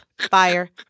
fire